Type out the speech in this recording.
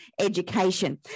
education